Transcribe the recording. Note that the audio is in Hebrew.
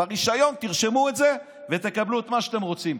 ברישיון תרשמו את זה ותקבלו את מה שאתם רוצים,